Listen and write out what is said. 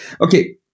okay